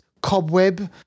Cobweb